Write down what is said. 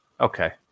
Okay